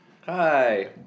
Hi